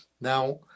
Now